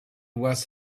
was